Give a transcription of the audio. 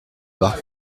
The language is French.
bas